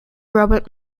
robert